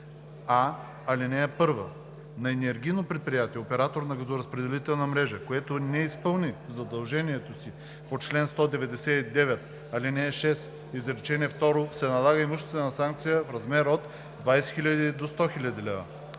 206а. (1) На енергийно предприятие – оператор на газоразпределителна мрежа, което не изпълни задължението си по чл. 199, ал. 6, изречение второ, се налага имуществена санкция в размер от 20 000 до 100 000 лв.